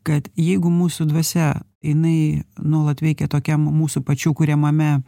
kad jeigu mūsų dvasia jinai nuolat veikia tokiam mūsų pačių kuriamame